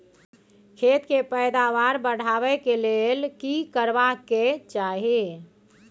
खेत के पैदावार बढाबै के लेल की करबा के चाही?